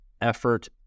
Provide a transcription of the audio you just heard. effort